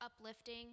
uplifting